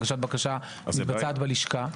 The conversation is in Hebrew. הגשת בקשה מתבצעת בלשכה,